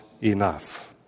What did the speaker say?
enough